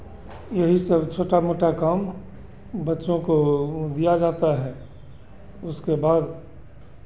यही सब छोटा मोटा काम बच्चों को दिया जाता है उसके बाद